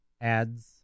ads